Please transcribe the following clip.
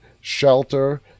shelter